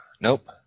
Nope